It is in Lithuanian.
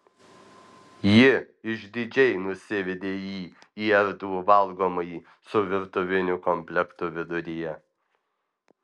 ji išdidžiai nusivedė jį į erdvų valgomąjį su virtuviniu komplektu viduryje